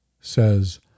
says